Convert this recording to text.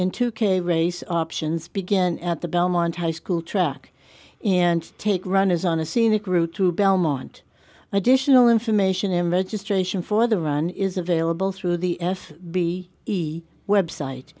two k race options begin at the belmont high school track and take run is on a scenic route to belmont additional information emerges tradition for the run is available through the f b e website